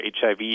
HIV